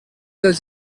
dels